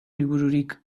libururik